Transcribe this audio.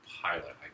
pilot